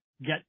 get